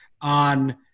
on